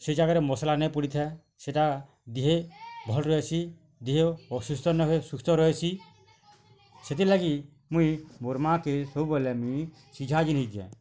ସେ ଜାଗାରେ ମସଲା ନାଇ ପଡ଼ି ଥାଏ ସେଇଟା ଦିଏଁ ଭଲ୍ ରହେସି ଦିହ ଅସୁସ୍ଥ ନ ହୁଏ ସୁସ୍ଥ ରହେସି ସେଥିଲାଗି ମୁଇଁ ମୋର୍ ମାଆ କେ ସବୁବେଳେ ମୁଇଁ ସିଝା ଜିନିଷ୍ ଦିଏ